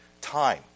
time